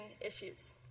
issues